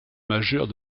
majeurs